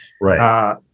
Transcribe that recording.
right